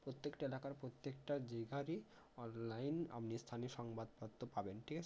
প্রত্যেকেটা এলাকার প্রত্যেকটা জায়গারই অনলাইন আপনি স্থানীয় সংবাদপত্র পাবেন ঠিক আছে